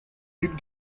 duc